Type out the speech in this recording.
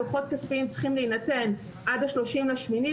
דוחות כספיים צריכים להינתן עד ה-30.8,